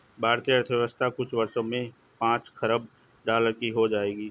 भारतीय अर्थव्यवस्था कुछ वर्षों में पांच खरब डॉलर की हो जाएगी